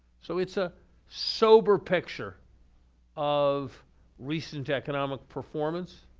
so it's a sober picture of recent economic performance,